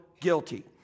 guilty